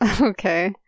Okay